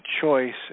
choice